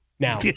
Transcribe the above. now